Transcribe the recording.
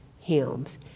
hymns